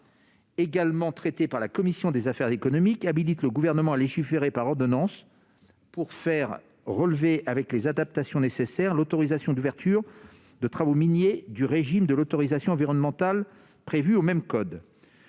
également traité par la commission des affaires économiques, habilite le Gouvernement à légiférer par ordonnance afin que, avec les adaptations nécessaires, l'autorisation d'ouverture de travaux miniers relève du régime de l'autorisation environnementale prévue dans le même code.